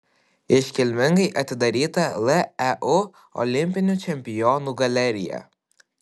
iškilmingai atidaryta leu olimpinių čempionų galerija